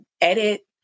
edit